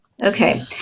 Okay